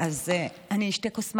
אני אשתה כוס מים.